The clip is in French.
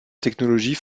technologie